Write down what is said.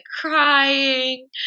crying